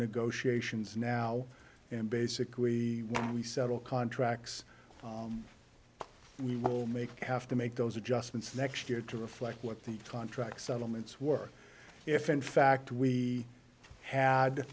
negotiations now and basically we settle contracts we will make have to make those adjustments next year to reflect what the contract settlements work if in fact we had